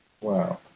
Wow